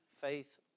faith